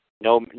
No